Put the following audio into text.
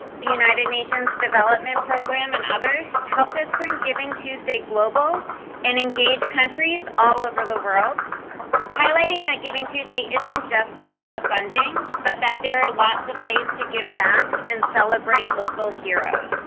the united nations development program, and others helped us bring givingtuesday global and engage countries all over the world highlighting that givingtuesday just about the funding, but that there are lots of ways to give back and celebrate local heroes.